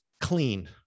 clean